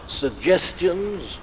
suggestions